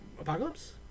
Apocalypse